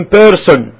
person